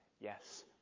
yes